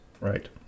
Right